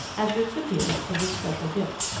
as recipients of this special gift.